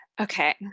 Okay